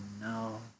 no